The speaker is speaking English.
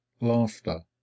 laughter